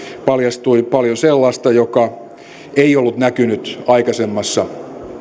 paljastui paljon sellaista joka ei ollut näkynyt aikaisemmassa